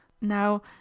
Now